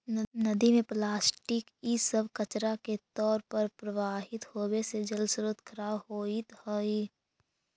नदि में प्लास्टिक इ सब कचड़ा के तौर पर प्रवाहित होवे से जलस्रोत खराब होइत हई